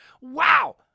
Wow